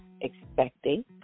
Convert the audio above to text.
expecting